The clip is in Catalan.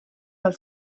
del